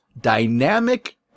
dynamic